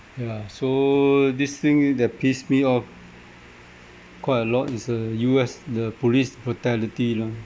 yeah so this thing that piss me off quite a lot is uh U_S the police brutality lor